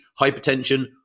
hypertension